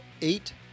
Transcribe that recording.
eight